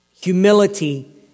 Humility